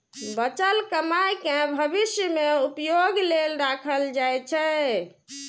बचल कमाइ कें भविष्य मे उपयोग लेल राखल जाइ छै